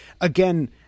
again